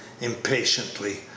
impatiently